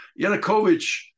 Yanukovych